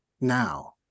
now